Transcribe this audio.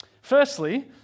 Firstly